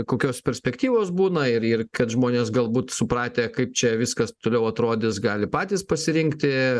kokios perspektyvos būna ir ir kad žmonės galbūt supratę kaip čia viskas toliau atrodys gali patys pasirinkti